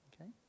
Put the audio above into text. okay